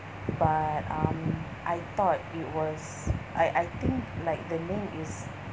but um I thought it was I I think like the name is